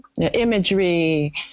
imagery